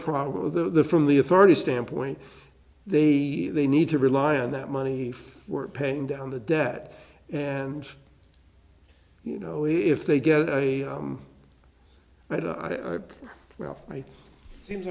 problem of the from the authority standpoint they they need to rely on that money for paying down the debt and you know if they get i but i well i seems